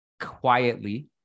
quietly